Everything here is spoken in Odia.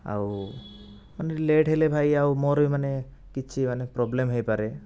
ଆଉ ମାନେ ଲେଟ୍ ହେଲେ ଭାଇ ଆଉ ମୋର ବି ମାନେ କିଛି ମାନେ ପ୍ରୋବ୍ଲେମ୍ ହୋଇପାରେ